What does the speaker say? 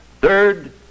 Third